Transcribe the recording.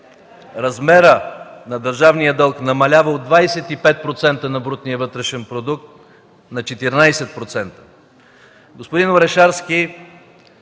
размерът на държавния дълг намалява от 25% от брутния вътрешен продукт на 14%.